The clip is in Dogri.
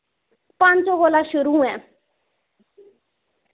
पाञं सौ कोला शुरू ऐं